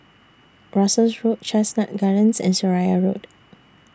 Russels Road Chestnut Gardens and Seraya Road